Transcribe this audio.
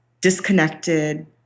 disconnected